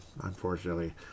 unfortunately